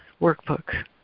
workbook